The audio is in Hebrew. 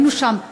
היינו שם נשים,